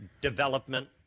Development